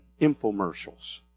infomercials